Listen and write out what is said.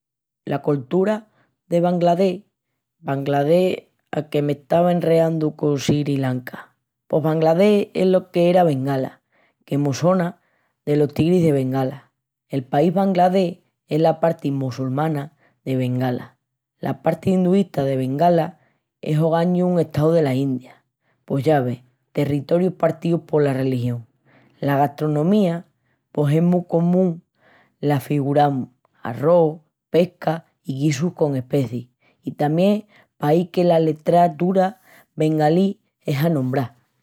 La coltura de Bangladesh... Bangladesh, a, que m'estava enreandu con Sri Lanka. Pos Bangladesh es lo qu'era Bengala, que mos sona delos tigris de Bengala. El país Bangladesh es la parti mossulmana de Bengala. La parti induista de Bengala es ogañu un estau dela India. Pos ya ves, territorius partíus pola religión. La gastronomía pos es mu comu mo-la figuramus: arros, pesca i guisus con especis. I tamién pahi que la letratura bengalín es anombrá.